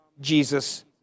Jesus